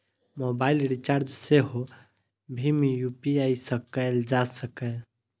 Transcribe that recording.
mobile recharge सेहो भीम UPI सं कैल जा सकैए